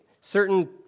certain